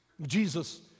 Jesus